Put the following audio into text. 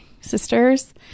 sisters